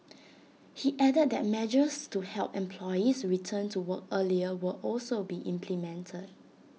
he added that measures to help employees return to work earlier will also be implemented